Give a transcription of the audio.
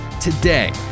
today